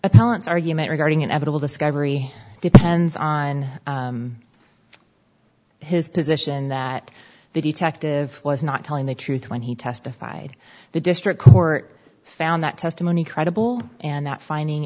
appellants argument regarding inevitable discovery depends on his position that the detective was not telling the truth when he testified the district court found that testimony credible and that finding